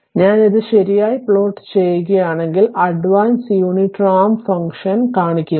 അതിനാൽ ഞാൻ ഇത് ശരിയായി പ്ലോട്ട് ചെയ്യുകയാണെങ്കിൽ അഡ്വാൻസ് യൂണിറ്റ് റാമ്പ് ഫംഗ്ഷൻ കാണിക്കുന്നു